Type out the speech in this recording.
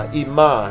ima